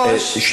אוקיי.